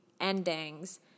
endings